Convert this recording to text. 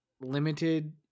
limited